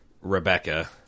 Rebecca